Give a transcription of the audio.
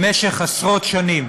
במשך עשרות שנים